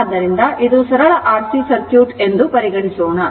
ಆದ್ದರಿಂದ ಇದು ಸರಳ RC ಸರ್ಕ್ಯೂಟ್ ಎಂದು ಪರಿಗಣಿಸೋಣ